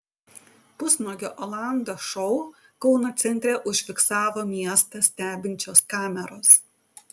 pusnuogio olando šou kauno centre užfiksavo miestą stebinčios kameros